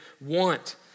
want